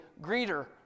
greeter